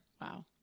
wow